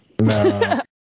No